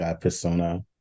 persona